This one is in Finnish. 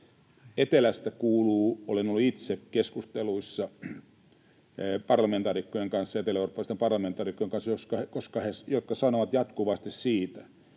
Etelästä kuuluu, olen ollut itse keskusteluissa eteläeurooppalaisten parlamentaarikkojen kanssa, jotka sanovat jatkuvasti siitä,